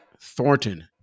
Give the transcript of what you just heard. Thornton